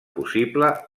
possible